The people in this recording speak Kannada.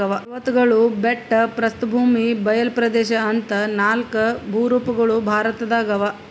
ಪರ್ವತ್ಗಳು ಬೆಟ್ಟ ಪ್ರಸ್ಥಭೂಮಿ ಬಯಲ್ ಪ್ರದೇಶ್ ಅಂತಾ ನಾಲ್ಕ್ ಭೂರೂಪಗೊಳ್ ಭಾರತದಾಗ್ ಅವಾ